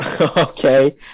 Okay